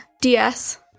ds